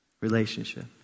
relationship